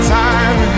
time